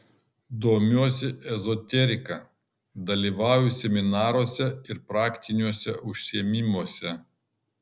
domiuosi ezoterika dalyvauju seminaruose ir praktiniuose užsiėmimuose